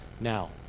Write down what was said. Now